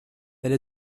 elle